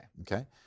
okay